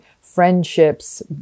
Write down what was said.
friendships